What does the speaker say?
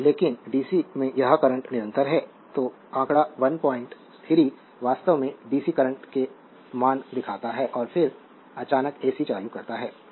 तो लेकिन डीसी में यह करंट निरंतर है तो आंकड़ा 13 वास्तव में डीसी करंट के मान दिखाता है और फिर अचानक एसी चालू करता है